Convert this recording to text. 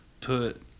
put